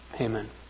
amen